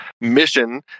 mission